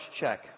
check